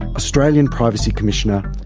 australian privacy commissioner,